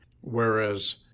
Whereas